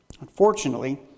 Unfortunately